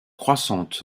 croissante